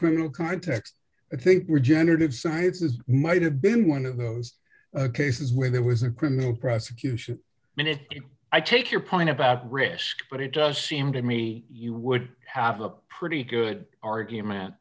criminal context i think were gendered sciences might have been one of those cases where there was a criminal prosecution and if i take your point about risk but it does seem to me you would have a pretty good argument